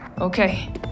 okay